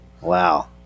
Wow